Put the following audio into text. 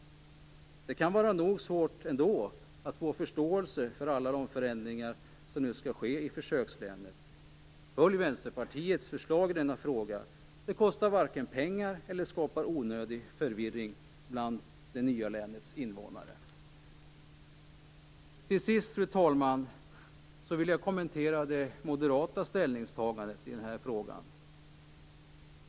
Det kan vara nog svårt ändå att få förståelse för alla de förändringar som nu skall ske i försökslänet. Följ Vänsterpartiets förslag i denna fråga! Det kostar varken pengar eller skapar onödig förvirring bland det nya länets invånare. Till sist, herr talman, vill jag kommentera det moderata ställningstagandet i denna fråga.